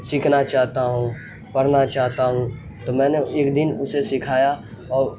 سیکھنا چاہتا ہوں پڑھنا چاہتا ہوں تو میں نے ایک دن اسے سکھایا اور